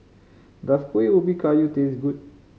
does Kueh Ubi Kayu taste good